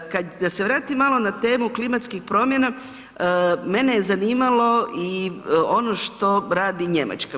Kad, da se vratim malo na temu klimatskih promjena, mene je zanimalo i ono što radi Njemačka.